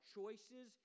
choices